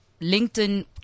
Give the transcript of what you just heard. LinkedIn